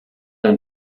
ein